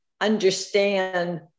understand